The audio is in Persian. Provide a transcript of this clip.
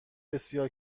بسیار